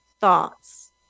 thoughts